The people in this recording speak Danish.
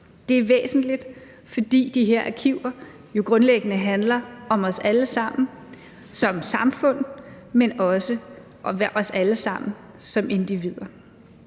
Det er væsentligt, fordi de her arkiver jo grundlæggende handler om os alle sammen som samfund, men også som individer.